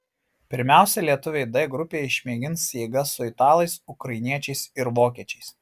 pirmiausia lietuviai d grupėje išmėgins jėgas su italais ukrainiečiais ir vokiečiais